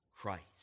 Christ